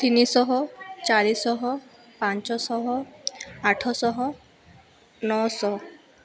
ତିନିଶହ ଚାରିଶହ ପାଞ୍ଚଶହ ଆଠଶହ ନଅଶହ